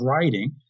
writing